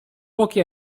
pochi